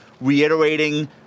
reiterating